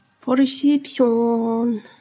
Perception